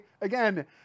again